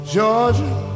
Georgia